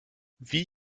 wie